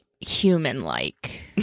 human-like